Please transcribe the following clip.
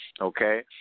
Okay